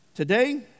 Today